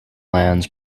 lands